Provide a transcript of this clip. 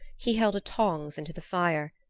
he held a tongs into the fire.